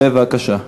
בבקשה.